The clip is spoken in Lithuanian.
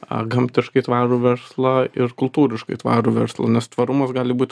ar gamtiškai tvarų verslą ir kultūriškai tvarų verslų nes tvarumas gali būt